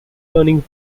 turning